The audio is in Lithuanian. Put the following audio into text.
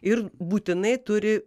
ir būtinai turi